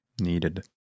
Needed